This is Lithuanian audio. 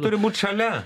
turi būt šalia